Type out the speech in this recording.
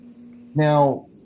Now